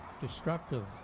destructive